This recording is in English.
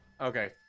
Okay